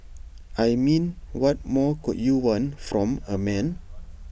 I mean what more could you want from A man